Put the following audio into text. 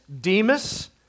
Demas